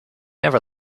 never